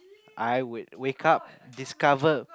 I would wake up discover